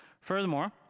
Furthermore